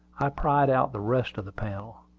i pried out the rest of the panel.